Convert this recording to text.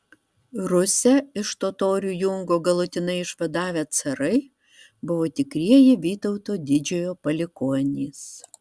rusią iš totorių jungo galutinai išvadavę carai buvo tikrieji vytauto didžiojo palikuonys